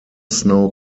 snow